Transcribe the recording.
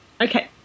Okay